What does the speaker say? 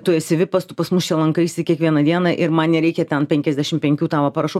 tu esi vipas tu pas mus čia lankaisi kiekvieną dieną ir man nereikia ten penkiasdešim penkių tavo parašų